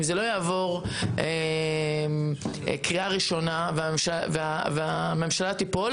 אם זה לא יעבור קריאה ראשונה והממשלה תיפול